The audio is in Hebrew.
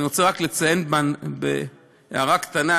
אני רוצה רק לציין בהערה קטנה,